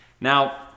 Now